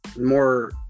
More